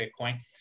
Bitcoin